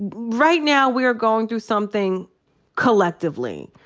right now, we are going through something collectively,